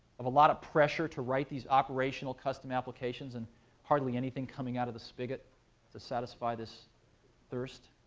of a lot of pressure to write these operational custom applications and hardly anything coming out of the spigot to satisfy this thirst?